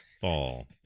fall